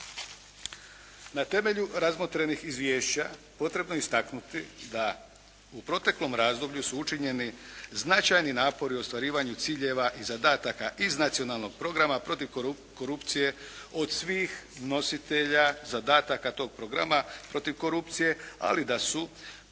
Na temelju razmotrenih izvješća potrebno je istaknuti da u proteklom razdoblju su učinjeni značajni napori u ostvarivanju ciljeva i zadataka iz Nacionalnog programa protiv korupcije od svih nositelja zadataka tog programa protiv korupcije ali da su